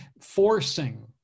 forcing